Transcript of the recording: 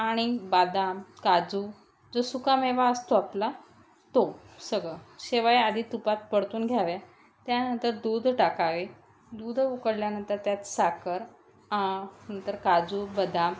आणि बदाम काजू जो सुकामेवा असतो आपला तो सगळं शेवया आधी तुपात परतून घ्याव्या त्यानंतर दूध टाकावे दूध उकळल्यानंतर त्यात साखर नंतर काजू बदाम